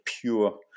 pure